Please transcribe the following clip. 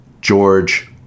George